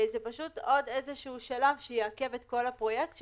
זה פשוט עוד שלב שיעכב את כל הפרויקט.